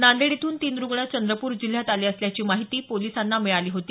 नांदेड इथून तीन रुग्ण चंद्रपूर जिल्ह्यात आले असल्याची माहिती पोलिसांना मिळाली होती